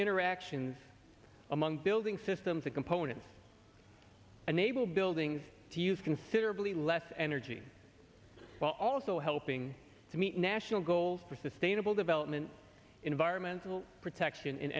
interactions among building systems and components unable buildings to use considerably less energy while also helping to meet national goals for sustainable development environmental protection in